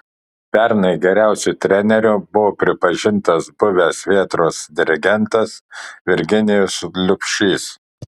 pernai geriausiu treneriu buvo pripažintas buvęs vėtros dirigentas virginijus liubšys